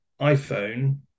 iPhone